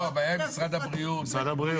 הבעיה היא עם משרד הבריאות.